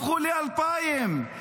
הפכו ל-2,000.